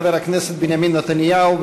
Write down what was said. חבר הכנסת בנימין נתניהו,